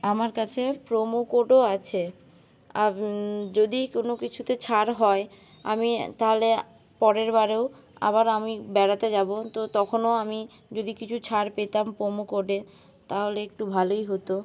আমার কাছে প্রোমো কোডও আছে যদি কোনও কিছুতে ছাড় হয় আমি তাহলে পরেরবারেও আবার আমি বেড়াতে যাব তো তখনও আমি যদি কিছু ছাড় পেতাম প্রোমো কোডে তাহলে একটু ভালোই হত